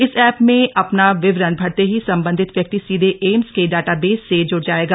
इस एप में अपना विवरण भरते ही संबंधित व्यक्ति सीधे एम्स के डाटाबेस से जुड़ जाएगा